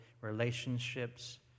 relationships